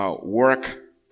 Work